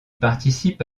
participe